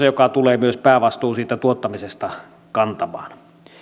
joka tulee myös päävastuun siitä tuottamisesta kantamaan